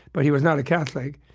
but he was not a catholic.